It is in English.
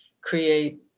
create